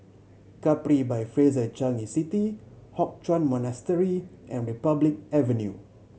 Capri by Fraser Changi City Hock Chuan Monastery and Republic Avenue